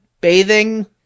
bathing